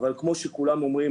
אבל כמו שכולם אומרים,